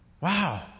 wow